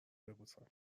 ببوسم